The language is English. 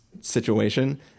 situation